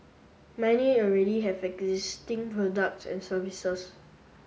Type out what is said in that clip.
many already have existing products and services